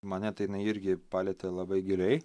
mane tai jinai irgi palietė labai giliai